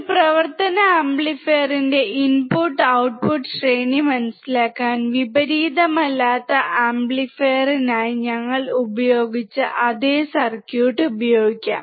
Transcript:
ഒരു പ്രവർത്തന ആംപ്ലിഫയറിന്റെ ഇൻപുട്ട് ഔട്ട്പുട്ട് ശ്രേണി മനസിലാക്കാൻ വിപരീതമല്ലാത്ത ആംപ്ലിഫയറിനായി ഞങ്ങൾ ഉപയോഗിച്ച അതേ സർക്യൂട്ട് ഉപയോഗിക്കാം